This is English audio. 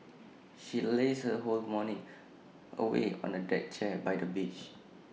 she lazed her whole morning away on A deck chair by the beach